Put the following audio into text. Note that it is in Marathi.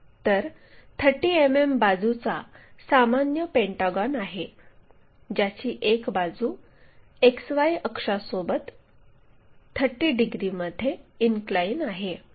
तर 30 मिमी बाजूचा सामान्य पेंटागॉन आहे ज्याची एक बाजू X Y अक्षासोबत 30 डिग्रीमध्ये इनक्लाइन आहे